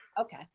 Okay